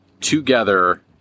together